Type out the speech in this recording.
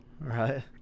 right